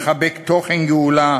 מחבק תוכן גאולה,